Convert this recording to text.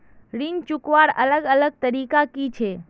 ऋण चुकवार अलग अलग तरीका कि छे?